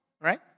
right